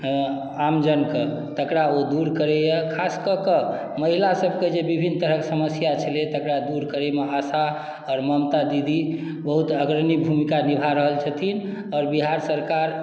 आम जनके तकरा ओ दूर करैया खास कऽ कऽ महिला सबके जे विभिन्न तरह के समस्या छलैया तकरा दूर करै मे आशा आओर ममता दीदी बहुत अग्रणी भूमिका निभा रहल छथिन आओर बिहार सरकार